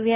V